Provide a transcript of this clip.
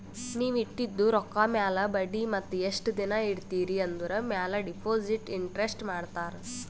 ನೀವ್ ಇಟ್ಟಿದು ರೊಕ್ಕಾ ಮ್ಯಾಲ ಬಡ್ಡಿ ಮತ್ತ ಎಸ್ಟ್ ದಿನಾ ಇಡ್ತಿರಿ ಆಂದುರ್ ಮ್ಯಾಲ ಡೆಪೋಸಿಟ್ ಇಂಟ್ರೆಸ್ಟ್ ಮಾಡ್ತಾರ